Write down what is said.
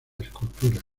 escultura